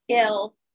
skill